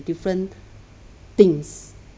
different things